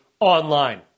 Online